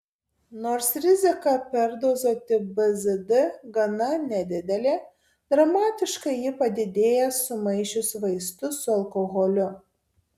nors rizika perdozuoti bzd gana nedidelė dramatiškai ji padidėja sumaišius vaistus su alkoholiu